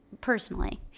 personally